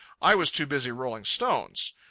i was too busy rolling stones.